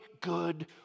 good